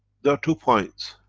there are two points.